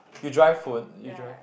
you drive phone you drive